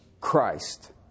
Christ